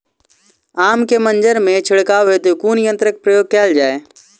आम केँ मंजर मे छिड़काव हेतु कुन यंत्रक प्रयोग कैल जाय?